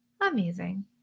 amazing